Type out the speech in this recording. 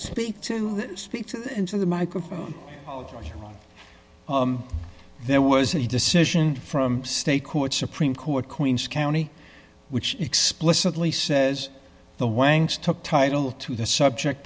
speak to speak into the microphone there was a decision from state court supreme court queens county which explicitly says the wangs took title to the subject